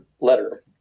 letter